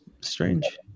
strange